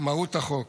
מהות החוק.